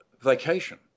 vacation